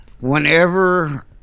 Whenever